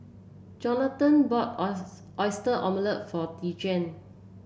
Jonathan bought oys Oyster Omelette for Dejuan